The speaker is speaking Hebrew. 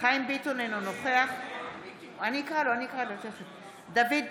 חיים ביטון, אינו נוכח דוד ביטן,